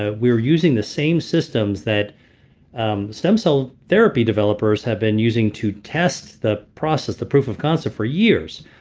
ah we were using the same systems that um stem cell therapy developers have been using to test the process, the proof of concept, for years.